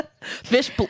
Fish